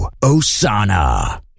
Osana